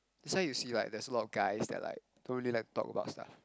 that's why you see like there's a lot of guys that like that don't really like to talk about stuffs